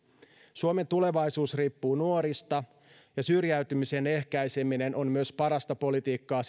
suomen tulevaisuus riippuu nuorista ja syrjäytymisen ehkäiseminen on parasta politiikkaa